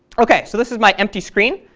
okay, so this is my empty screen.